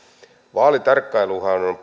vaalitarkkailuhan on on